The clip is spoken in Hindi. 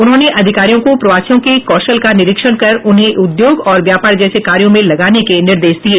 उन्होंने अधिकारियों को प्रवासियों के कौशल का निरीक्षण कर उन्हें उद्योग और व्यापार जैसे कार्यों में लगाने के निर्देश दिये